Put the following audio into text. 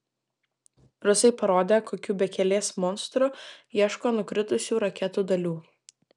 rusai parodė kokiu bekelės monstru ieško nukritusių raketų dalių